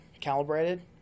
Calibrated